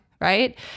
Right